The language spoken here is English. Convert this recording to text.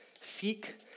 seek